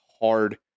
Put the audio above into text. hard